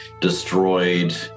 destroyed